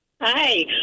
Hi